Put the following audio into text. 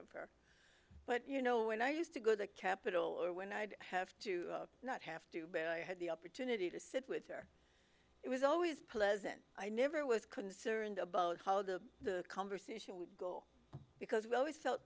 of her but you know when i used to go to the capitol or when i'd have to not have to bear i had the opportunity to sit with her it was always pleasant i never was concerned about how the conversation would go because we always felt